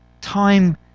Time